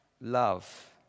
love